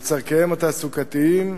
על צורכיהם התעסוקתיים